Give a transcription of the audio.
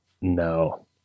No